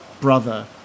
brother